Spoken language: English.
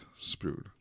spewed